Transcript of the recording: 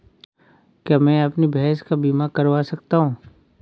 क्या मैं अपनी भैंस का बीमा करवा सकता हूँ?